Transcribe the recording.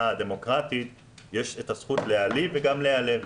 דמוקרטית יש את הזכות להעליב וגם להיעלב,